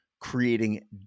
creating